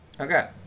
Okay